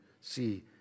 see